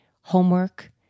homework